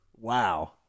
wow